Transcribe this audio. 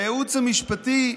הייעוץ המשפטי,